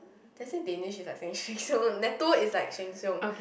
did I say danish is like Sheng-Shiong natto is like Sheng-Shiong